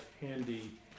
handy